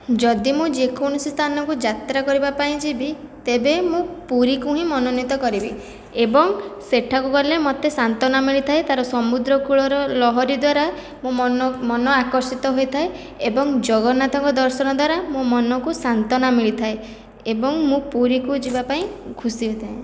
ଯଦି ମୁଁ ଯେକୌଣସି ସ୍ଥାନ କୁ ଯାତ୍ରା କରିବାପାଇଁ ଯିବି ତେବେ ମୁଁ ପୁରୀକୁ ହିଁ ମନୋନୀତ କରିବି ଏବଂ ସେଠାକୁ ଗଲେ ମୋତେ ଶାନ୍ତନା ମିଳିଥାଏ ତା'ର ସମୁଦ୍ର କୂଳ ର ଲହରୀ ଦ୍ୱାରା ମୋ ମନ ମନ ଆକର୍ଷିତ ହୋଇଥାଏ ଏବଂ ଜଗନ୍ନାଥଙ୍କ ଦର୍ଶନ ଦ୍ଵାରା ମୋ ମନକୁ ଶାନ୍ତନା ମିଳିଥାଏ ଏବଂ ମୁଁ ପୁରୀକୁ ଯିବା ପାଇଁ ଖୁସି ହୋଇଥାଏ